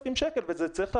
וזה צריך לעלות.